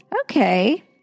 Okay